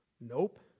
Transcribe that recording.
Nope